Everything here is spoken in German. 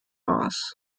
aas